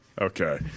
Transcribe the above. Okay